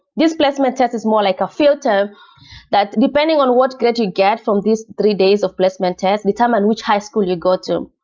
this placement test is more like a filter that depending on what grade you get from these three days of placement test determine which high school you go to.